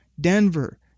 Denver